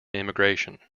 immigration